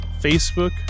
Facebook